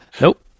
Nope